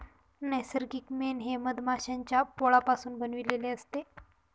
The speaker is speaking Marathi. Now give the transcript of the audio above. नैसर्गिक मेण हे मधमाश्यांच्या पोळापासून बनविलेले असते